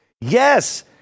Yes